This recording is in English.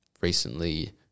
recently